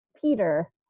Peter